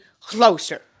closer